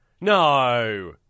No